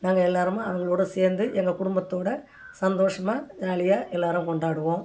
நாங்கள் எல்லாருமாக அவங்களோட சேர்ந்து எங்கள் குடும்பத்தோடு சந்தோஷமாக ஜாலியாக எல்லோரும் கொண்டாடுவோம்